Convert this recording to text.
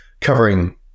covering